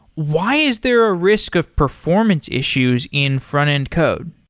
why is there a risk of performance issues in front-end code?